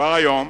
כבר היום